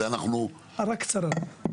הערה קצרה.